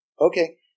okay